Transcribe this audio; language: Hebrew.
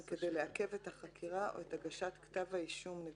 כדי לעכב את החקירה או את הגשת כתב האישום נגדו,